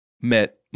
met